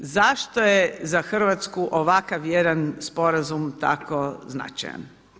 Zašto je za Hrvatsku ovakav jedan sporazum tako značajan?